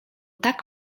tak